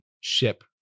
ship